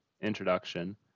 introduction